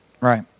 right